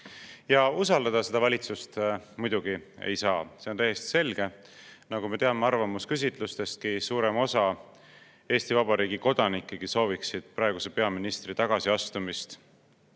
Ja usaldada seda valitsust muidugi ei saa, see on täiesti selge. Nagu me teame arvamusküsitlustest, suurem osa Eesti Vabariigi kodanikke sooviksid praeguse peaministri tagasiastumist